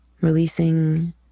releasing